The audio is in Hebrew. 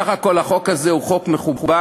בסך הכול החוק הזה הוא חוק מכובד,